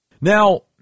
Now